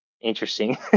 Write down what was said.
interesting